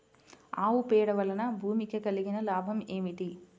ఆవు పేడ వలన భూమికి కలిగిన లాభం ఏమిటి?